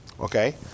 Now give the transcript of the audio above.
Okay